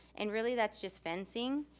and really that's just fencing.